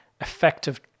effective